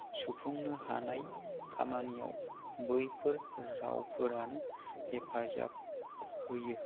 सुफुंनो हानाय खामानियाव बैफोर रावफोरानो हेफाजाब होयो